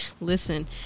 listen